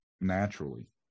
naturally